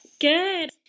Good